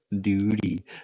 Duty